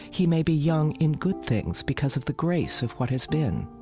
he may be young in good things because of the grace of what has been.